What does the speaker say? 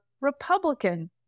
Republican